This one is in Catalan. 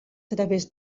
través